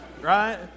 right